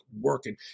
working